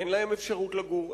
אין להם אפשרות לגור,